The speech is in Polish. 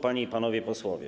Panie i Panowie Posłowie!